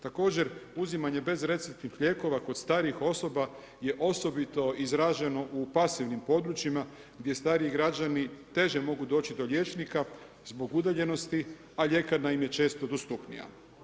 Također uzimanje bezreceptnih lijekova kod starih osoba je osobito izražen u pasivnim područjima gdje stariji građani teže mogu doći do liječnika zbog udaljenosti, a ljekarna im je često dostupnija.